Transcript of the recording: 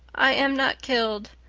i am not killed,